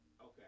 Okay